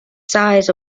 sighs